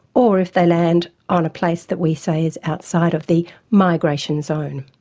or if they land on a place that we say is outside of the migration zone.